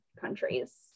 countries